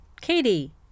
Katie